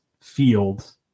field